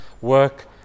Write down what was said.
work